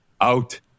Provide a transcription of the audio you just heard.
out